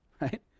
right